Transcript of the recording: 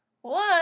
one